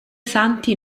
santi